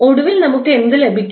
ഒടുവിൽ നമുക്ക് എന്ത് ലഭിക്കും